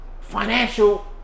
financial